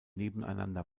nebeneinander